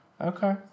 Okay